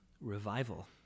revival